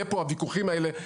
הוויכוחים האלה יהיו פה.